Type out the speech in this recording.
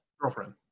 Girlfriend